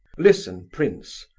listen, prince,